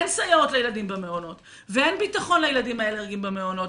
אין סייעות לילדים במעונות ואין ביטחון לילדים האלרגיים במעונות.